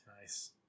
Nice